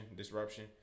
disruption